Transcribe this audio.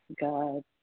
God